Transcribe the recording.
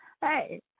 hey